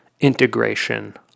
integration